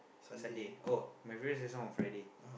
Sunday oh my previous lesson on Friday